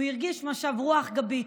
הוא הרגיש משב רוח גבי,